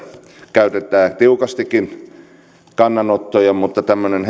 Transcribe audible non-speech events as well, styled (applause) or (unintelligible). käytetään tiukastikin kannanottoja tämmöinen (unintelligible)